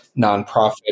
nonprofit